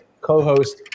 co-host